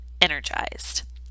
energized